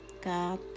God